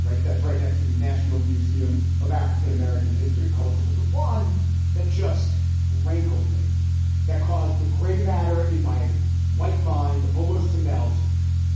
right? that's right. next to the national museum of african-american history and culture. but the one that just rankled me that caused the grey matter in my white mind almost to melt